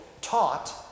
taught